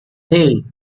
hey